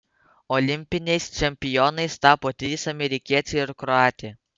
olimpiniais čempionais tapo trys amerikiečiai ir kroatė